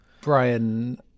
Brian